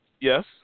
Yes